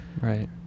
Right